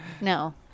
No